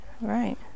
Right